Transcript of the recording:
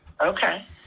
okay